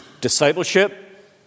discipleship